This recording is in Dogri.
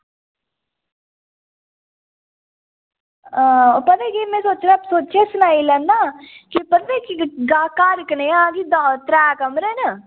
आं पता केह् में सोचेआ सनाई लैना की घर कनेहा त्रै कमरे न